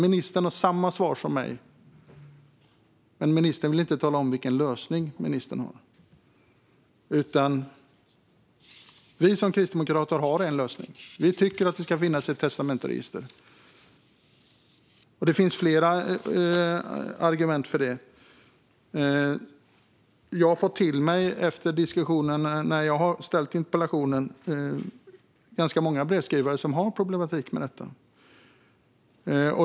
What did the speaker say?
Ministern har samma svar som jag har, men ministern vill inte tala om vilken lösning ministern har. Vi kristdemokrater har en lösning. Vi tycker att det ska finnas ett testamentsregister. Det finns flera argument för det. Jag har efter att jag ställt interpellationen fått brev till mig från ganska många brevskrivare som har problem med detta.